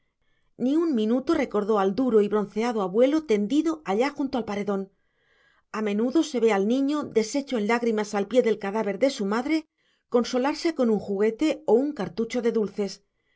ni un minuto recordó al duro y bronceado abuelo tendido allá junto al paredón a menudo se ve al niño deshecho en lágrimas al pie del cadáver de su madre consolarse con un juguete o un cartucho de dulces